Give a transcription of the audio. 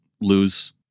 lose